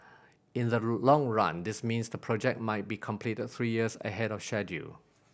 in the long run this means the project might be completed three years ahead of schedule